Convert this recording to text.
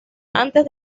antes